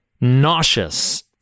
nauseous